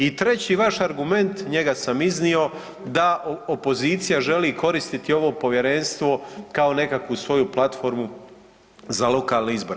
I treći vaš argument, njega sam iznio da opozicija želi koristiti ovo povjerenstvo kao nekakvu svoju platformu za lokalne izbore.